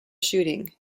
shooting